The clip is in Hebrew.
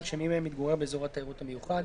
שמי מהם מתגורר באזור התיירות המיוחד,